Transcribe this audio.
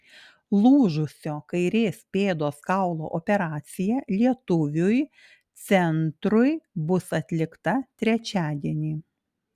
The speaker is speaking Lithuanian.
lūžusio kairės pėdos kaulo operacija lietuviui centrui bus atlikta trečiadienį